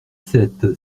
sept